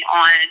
on